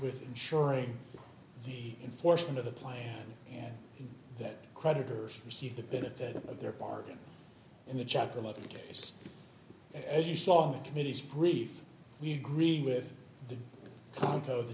with ensuring the enforcement of the plan and that creditors receive the benefit of their bargain in the chapter eleven case as you saw in the committee's brief we agree with the